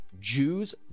Jews